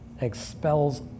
expels